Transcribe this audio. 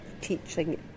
teaching